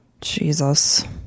Jesus